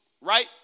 Right